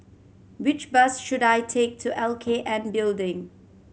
which bus should I take to L K N Building